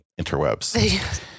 interwebs